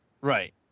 Right